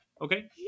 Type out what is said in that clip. Okay